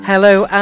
Hello